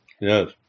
Yes